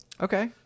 Okay